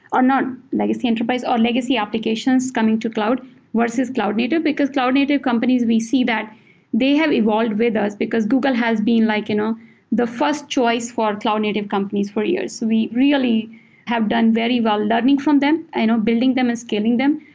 or not legacy enterprise, or legacy applications coming to cloud versus cloud native, because cloud native companies, we see that they have evolved with us because google has been like you know the fi rst choice for cloud native companies for years. we really have done very well learning from them, you know building them and scaling them.